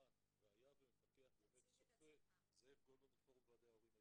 זאב גולדבלט מפורום ועדי ההורים היישוביים.